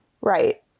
Right